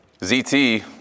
ZT